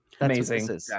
Amazing